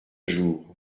jour